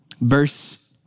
Verse